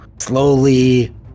slowly